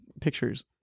pictures